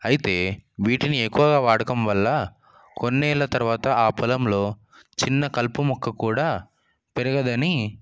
అయితే వీటిని ఎక్కువుగా వాడడం వల్ల కొన్నేళ్ళ తరువాత ఆ పొలంలో చిన్న కల్పు మొక్క కూడా పెరగదని